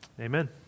Amen